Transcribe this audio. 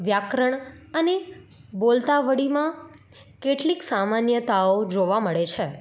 વ્યાકરણ અને બોલતાવળીમાં કેટલીક સામાન્યતાઓ જોવા મળે છે